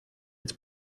its